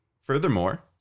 Furthermore